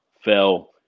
fell